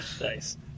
Nice